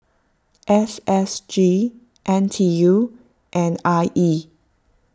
S S G N T U and I E